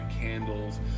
candles